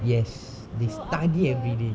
yes they study everyday yes